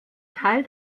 teil